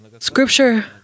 Scripture